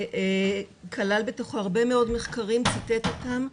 וכלל בתוכו הרבה מאוד מחקרים וציטט אותם,